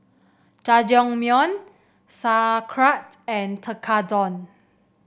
Jajangmyeon Sauerkraut and Tekkadon